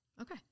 Okay